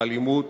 האלימות